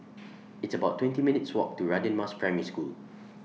It's about twenty minutes' Walk to Radin Mas Primary School